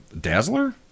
Dazzler